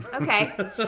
Okay